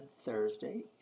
Thursday